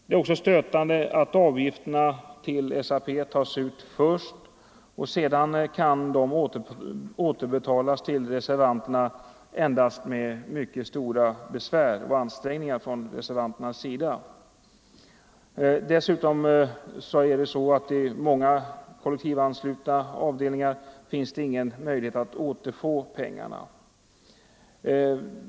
Det är också stötande att avgifterna till SAP tas ut först, och sedan kan de återbetalas till reservanterna endast med mycket stora besvär och ansträngningar från reservanternas sida. Dessutom finns i många kollektivanslutnas avdelningar ingen möjlighet att återfå pengarna.